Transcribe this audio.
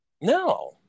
No